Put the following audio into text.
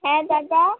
হ্যাঁ দাদা